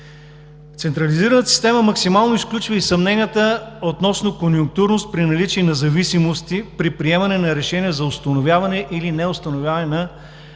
Централизираната система максимално изключва и съмненията относно конюнктурност при наличие на зависимости при приемане на решения за установяване или не установяване на